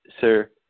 sir